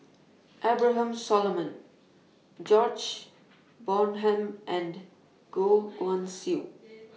Abraham Solomon Samuel George Bonham and Goh Guan Siew